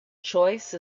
choice